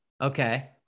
Okay